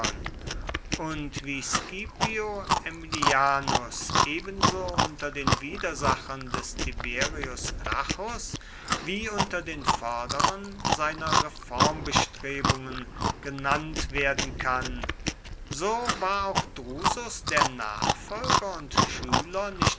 und wie scipio aemilianus ebenso unter den widersachern des tiberius gracchus wie unter den förderern seiner reformbestrebungen genannt werden kann so war auch drusus der nachfolger und schüler nicht